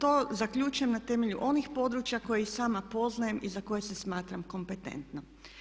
To zaključujem na temelju onih područja koja i sama poznajem i za koje se smatram kompetentnom.